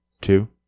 two